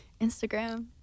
instagram